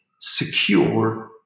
secure